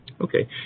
Okay